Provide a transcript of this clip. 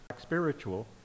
spiritual